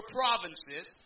provinces